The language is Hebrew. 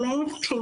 הוא לא יתקיים,